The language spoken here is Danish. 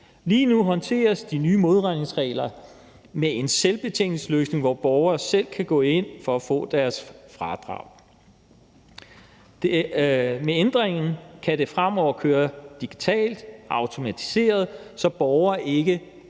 Lige nu håndteres de nye modregningsregler med en selvbetjeningsløsning, hvor borgere selv kan gå ind for at få deres fradrag. Med ændringen kan det fremover køre digitalt og automatiseret, så borgere ikke aktivt